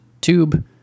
tube